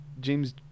James